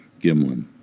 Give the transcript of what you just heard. Gimlin